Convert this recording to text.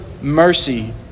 mercy